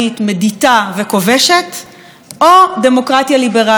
מדיתה וכובשת או דמוקרטיה ליברלית,